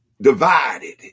divided